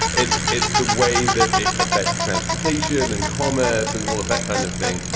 it's it's the way that it affects transportation and commerce and all of that kind of thing.